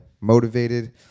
motivated